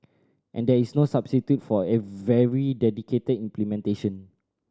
and there is no substitute for very dedicated implementation